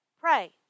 Pray